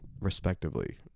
Respectively